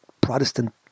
Protestant